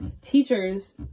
teachers